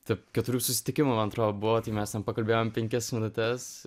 tarp keturių susitikimų man atrodo buvo tai mes ten pakalbėjom penkias minutes